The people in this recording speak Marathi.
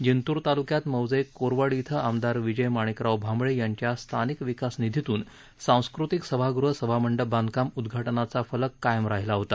जिंतूर तालुक्यात मौजे कोरवाडी इथं आमदार विजय माणिकराव भांबळे यांच्या स्थानिक विकास निधीतुन सांस्कृतिक सभागृह सभामंडप बांधकाम उदघाटनाचा फलक कायम राहिला होता